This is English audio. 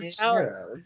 Alex